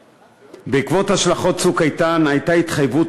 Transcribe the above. בעקבות השלכות "צוק איתן" הייתה התחייבות